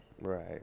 right